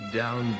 down